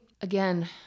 again